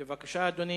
בבקשה, אדוני.